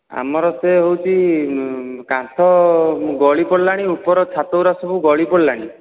ଆମର ସେ ହେଉଛି କାନ୍ଥ ଗଳିପଡ଼ିଲାଣି ଉପର ଛାତ ଗୁଡ଼ା ସବୁ ଗଳିପଡ଼ିଲାଣି